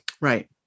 Right